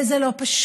וזה לא פשוט,